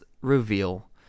reveal